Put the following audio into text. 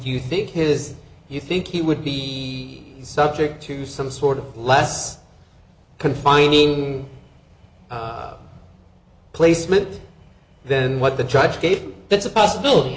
you think his you think he would be subject to some sort of less confining placement then what the judge gave that's a possibility